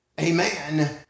Amen